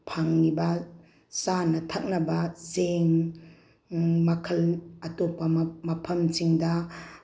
ꯐꯪꯉꯤꯕ ꯆꯥꯅ ꯊꯛꯅꯕ ꯆꯦꯡ ꯃꯈꯜ ꯑꯇꯣꯞꯄ ꯃꯐꯝꯁꯤꯡꯗ